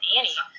Annie